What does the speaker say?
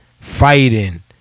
fighting